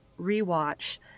rewatch